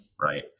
right